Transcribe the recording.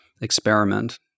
experiment